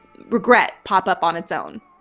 regret pop up on its own.